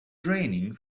draining